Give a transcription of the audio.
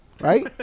right